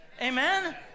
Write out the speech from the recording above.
amen